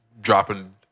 dropping